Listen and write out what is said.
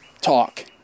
talk